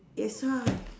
that's why